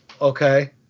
Okay